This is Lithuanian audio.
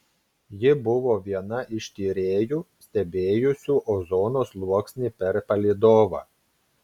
ji buvo viena iš tyrėjų stebėjusių ozono sluoksnį per palydovą